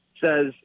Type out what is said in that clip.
says